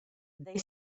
they